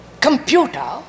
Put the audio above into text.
computer